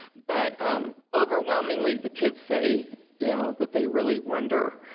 but um overwhelmingly, the kids say yeah that they really wonder